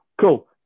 Cool